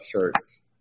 shirts